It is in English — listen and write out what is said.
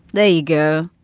there you go.